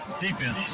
defense